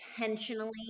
intentionally